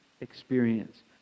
experience